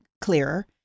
clearer